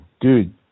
dude